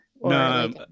No